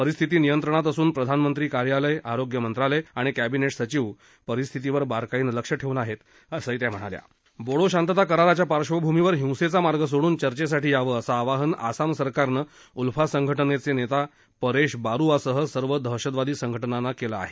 परिस्थिती नियंत्रणात असून प्रधानमंत्री कार्यालय आरोग्य मंत्रालय आणि कॅबिनेट सचिव परिस्थितीवर बारकाईनं लक्ष ठेवून आहेत असंही त्या म्हणाल्या बोडो शांतता कराराच्या पार्बभूमीवर हिसेंचा मार्ग सोडून चर्चॅसाठी याव असं आवाहन आसाम सरकारनं उल्फा संघटनेचे नेता परेश बारुआसह सर्व दहशतवादी संघटनांना केला आहे